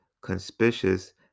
conspicuous